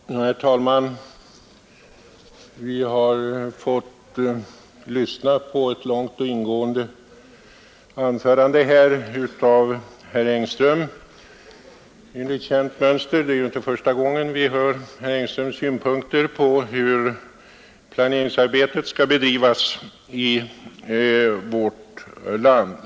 En befolkningspoli Herr talman! Vi har fått lyssna på ett långt och ingående anförande av = tisk riksplanering herr Engström, enligt känt mönster. Det är ju inte första gången vi hör = samt vissa åtgärder herr Engströms synpunkter på hur planeringsarbetet skall bedrivas i vårt — för att dämpa storland.